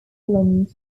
island